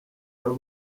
uraba